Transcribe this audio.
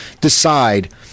decide